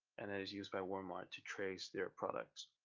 and it is used by walmart to trace their products.